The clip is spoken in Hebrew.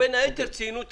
בין היתר הן ציינו את